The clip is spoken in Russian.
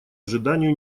ожиданию